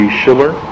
Schiller